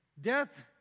death